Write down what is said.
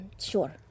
sure